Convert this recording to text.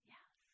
Yes